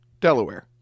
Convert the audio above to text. Delaware